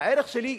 הערך שלי,